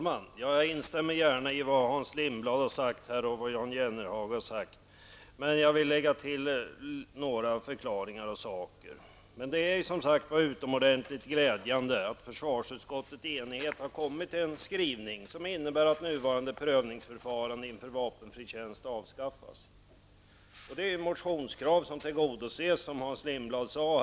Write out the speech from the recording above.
Fru talman! Jag instämmer gärna i vad Hans Lindblad och Jan Jennehag här har sagt. Men därutöver har jag några förklaringar och kommentarer. Det är, som sagt, utomordentligt glädjande att försvarsutskottet i enighet har kommit fram till en skrivning som innebär att nuvarande prövningsförfarande inför vapenfri tjänst avskaffas. Det är gamla motionskrav som tillgodoses, som Hans Lindblad sade.